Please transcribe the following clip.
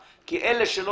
הכנסה, כי מי יודע